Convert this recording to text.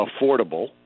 affordable